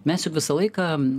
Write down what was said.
mes juk visą laiką